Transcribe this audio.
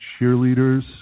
cheerleaders